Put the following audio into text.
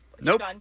Nope